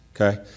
Okay